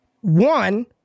One